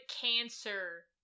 cancer